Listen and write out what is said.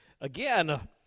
again –